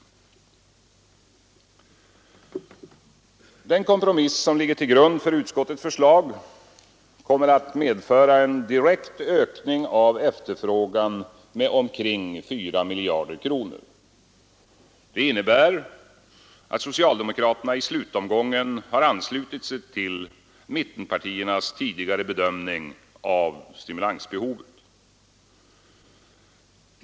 Den kompromiss som ligger till grund för utskottets förslag kommer att medföra en direkt ökning av efterfrågan med omkring 4 miljarder kronor. Det innebär att socialdemokraterna i slutomgången anslutit sig till mittenpartiernas tidigare bedömning av stimulansbehovet.